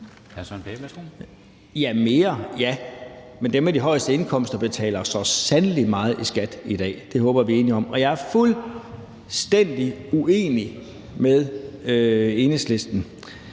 Jamen dem med de højeste indkomster betaler så sandelig meget i skat i dag. Det håber jeg vi er enige om, og jeg er fuldstændig uenig med Enhedslisten.